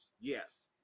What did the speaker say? Yes